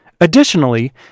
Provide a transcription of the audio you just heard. Additionally